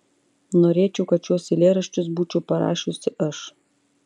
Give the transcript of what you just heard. norėčiau kad šiuos eilėraščius būčiau parašiusi aš